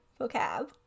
Vocab